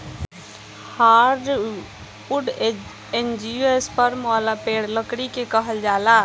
hardwood angiosperm वाला पेड़ लकड़ी के कहल जाला